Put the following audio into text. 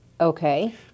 Okay